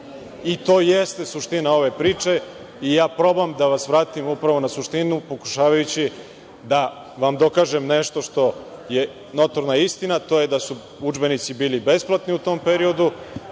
To jeste suština ove priče i ja pokušavam da vas vratim upravo na suštinu, pokušavajući da vam dokažem nešto što je notorna istina, a to je da su udžbenici bili besplatni u tom periodu,